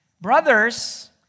Brothers